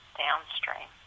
downstream